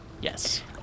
Yes